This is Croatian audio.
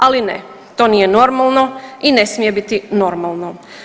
Ali ne to nije normalno i ne smije biti normalno.